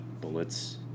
bullets